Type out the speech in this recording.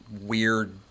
weird